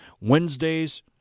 Wednesdays